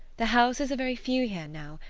the houses are very few here now,